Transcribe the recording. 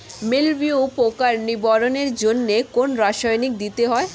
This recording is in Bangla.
মিলভিউ পোকার নিবারণের জন্য কোন রাসায়নিক দিতে হয়?